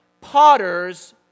potter's